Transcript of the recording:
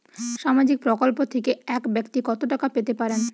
সামাজিক প্রকল্প থেকে এক ব্যাক্তি কত টাকা পেতে পারেন?